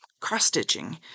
cross-stitching